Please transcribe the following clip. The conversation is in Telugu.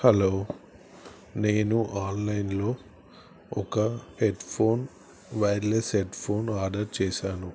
హలో నేను ఆన్లైన్లో ఒక headphone wireless headphone order చేశాను